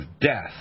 death